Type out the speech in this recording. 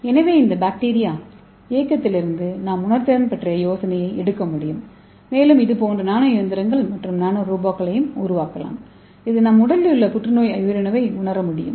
எனவே இந்த பாக்டீரியா இயக்கத்திலிருந்து நாம் உணர்திறன் பற்றிய யோசனையை எடுக்க முடியும் மேலும் இது போன்ற நானோ இயந்திரங்கள் மற்றும் நானோ ரோபோக்களை உருவாக்கலாம் இது நம் உடலில் உள்ள புற்றுநோய் உயிரணுவை உணர முடியும்